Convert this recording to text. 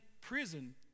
prison